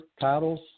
titles